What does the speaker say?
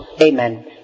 Amen